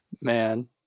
Man